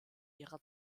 ihrer